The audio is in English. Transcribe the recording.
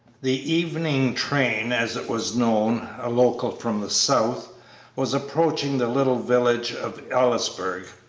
the evening train, as it was known a local from the south was approaching the little village of ellisburg,